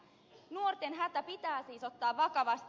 nuorten hätä pitää siis ottaa vakavasti